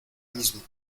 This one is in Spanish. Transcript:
mismo